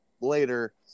later